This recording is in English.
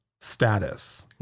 status